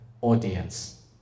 audience